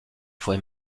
fue